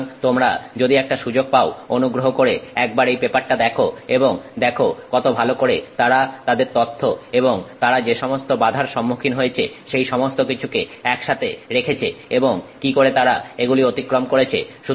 সুতরাং তোমরা যদি একটা সুযোগ পাও অনুগ্রহ করে একবার এই পেপারটা দেখো এবং দেখো কত ভালো করে তারা তাদের তথ্য এবং তারা যে সমস্ত বাধার সম্মুখীন হয়েছে সেই সমস্ত কিছুকে একসাথে রেখেছে এবং কি করে তারা এগুলি অতিক্রম করেছে